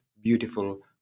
beautiful